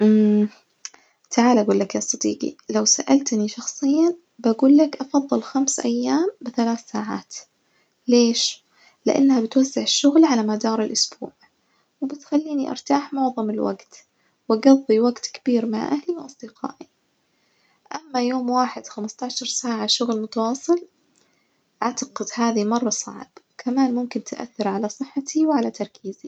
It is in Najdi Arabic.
تعالى أجولك يا صديقي، لو سألتني شخصياً بجولك أفضل خمس أيام بثلاث ساعات ليش؟ لإنها بتوزع الشغل على مدار الأسبوع وبتخليني أرتاح معظم الوجت وأقضي وجت كبير مع أهلي وأصدقائي، أما يوم واحد خمستاشر ساعة شغل متواصل أعتقد هذي مرة صعب، كمان ممكن تأثر على صحتي وعلى تركيزي.